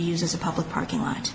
used as a public parking lot